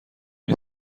این